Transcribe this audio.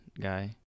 guy